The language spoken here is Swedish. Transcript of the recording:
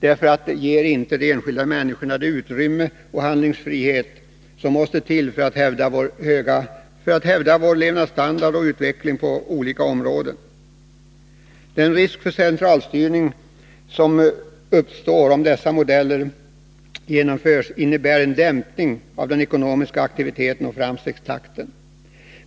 därför att dessa inte ger de enskilda människorna det utrymme och den handlingsfrihet som krävs för att vi skall kunna klara utvecklingen på olika områden. Den risk för centralstyrning som uppstår om dessa modeller genomförs innebär en dämpning av den ekonomiska aktiviteten och framstegstakten.